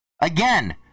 Again